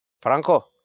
Franco